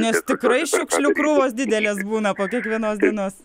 nes tikrai šiukšlių krūvos didelės būna po kiekvienos dienos